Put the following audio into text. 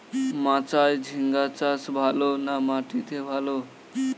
মাচায় ঝিঙ্গা চাষ ভালো না মাটিতে ভালো?